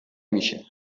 میشه